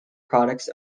products